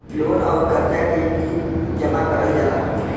loan अउर करजा के भी जमा करल जाला